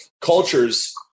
cultures